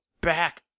back